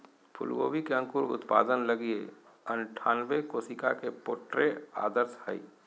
फूलगोभी के अंकुर उत्पादन लगी अनठानबे कोशिका के प्रोट्रे आदर्श हइ